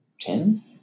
Ten